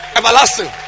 everlasting